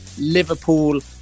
Liverpool